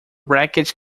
wreckage